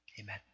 Amen